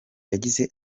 yagize